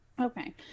Okay